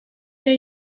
ere